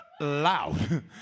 loud